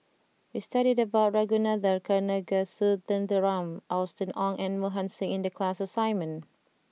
we studied about Ragunathar Kanagasuntheram Austen Ong and Mohan Singh in the class assignment